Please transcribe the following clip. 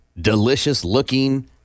delicious-looking